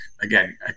again